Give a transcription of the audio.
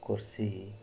କୃଷି